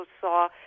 saw